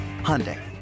Hyundai